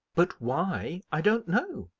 but why i don't know.